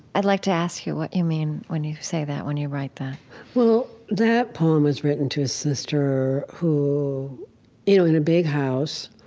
i'd like to ask you what you mean when you say that, when you write that well, that poem was written to a sister who you know in a big house,